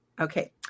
Okay